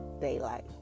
daylight